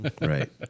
Right